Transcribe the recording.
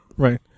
Right